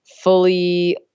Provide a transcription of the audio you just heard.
fully